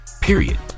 period